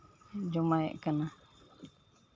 ᱡᱚᱢᱟᱭᱮᱫ ᱠᱟᱱᱟ